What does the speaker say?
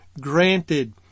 granted